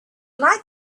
like